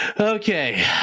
Okay